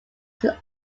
can